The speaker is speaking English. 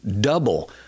Double